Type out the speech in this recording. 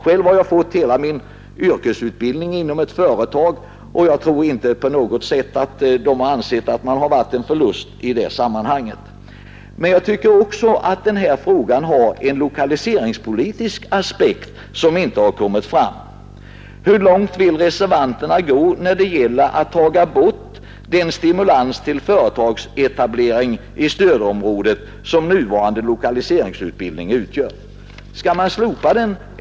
Själv har jag fått hela min yrkesutbildning inom ett företag, och jag tror inte att det företaget på något sätt anser att man har gjort en förlust på det. Denna fråga har också en lokaliseringspolitisk aspekt som inte har kommit fram. Hur långt vill reservanterna gå när det gäller att ta bort den stimulans till företagsetablering i stödområdet som nuvarande lokaliseringsutbildning utgör? Skall man slopa den?